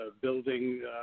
building